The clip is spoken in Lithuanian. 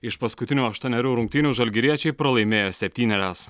iš paskutinių aštuonerių rungtynių žalgiriečiai pralaimėjo septynerias